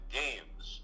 games